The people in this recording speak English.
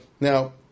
Now